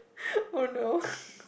oh no